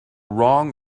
wrong